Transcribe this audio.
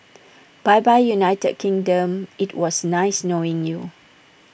bye bye united kingdom IT was nice knowing you